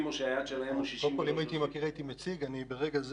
שהיעד שלהם הוא 60%. אם הייתי מכיר הייתי מציג את זה.